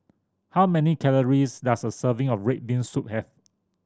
how many calories does a serving of red bean soup have